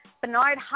Bernard